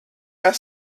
ask